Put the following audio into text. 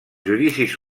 judicis